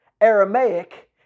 Aramaic